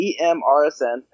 EMRSN